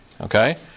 okay